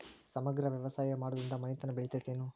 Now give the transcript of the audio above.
ಸಮಗ್ರ ವ್ಯವಸಾಯ ಮಾಡುದ್ರಿಂದ ಮನಿತನ ಬೇಳಿತೈತೇನು?